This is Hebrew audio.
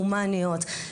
הומניות.